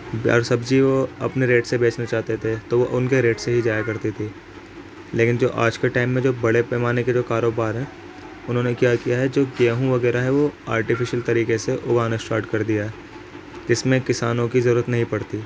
دال سبزی وہ اپنے ریٹ سے بیچنا چاہتے تھے تو وہ ان کے ریٹ سے ہی جایا کرتی تھیں لیکن جو آج کے ٹائم میں جو بڑے پیمانے کے جو کاروبار ہیں انہوں نے کیا کیا ہے جو گیہوں وغیرہ ہے وہ آرٹیفیشیل طریقے سے اگانا اسٹارٹ کر دیا ہے جس میں کسانوں کی ضرورت نہیں پڑتی